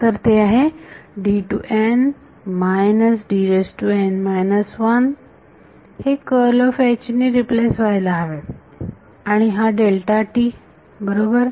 तर हे आहे हे ने रिप्लेस व्हायला हवे आणि हा बरोबर